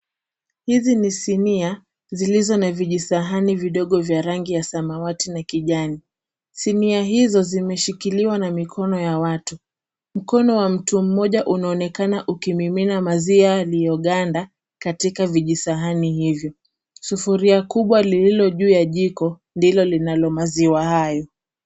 Hizi ni sinia zilizo na vijisahani vidogo vya rangi ya samawati na kijani. Sinia hizo zimeshikiliwa na mikono ya watu. Mkono wa mtu mmoja unaonekana ukimimina maziwa yaliyoganda katika vijisahani hivyo. Sufuria kubwa lililo juu ya jiko ndilo linalo maziwa hayo.